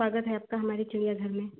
स्वागत है आपका हमारे चिड़ियाघर में